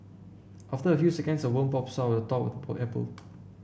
after a few seconds a worm pops out the top apple